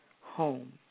home